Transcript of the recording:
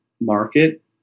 market